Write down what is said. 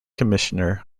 commissioner